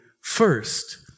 first